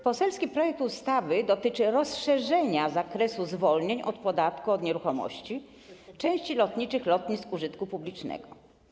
Poselski projekt ustawy dotyczy rozszerzenia zakresu zwolnień od podatku od nieruchomości części lotniczych lotnisk użytku publicznego.